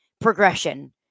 progression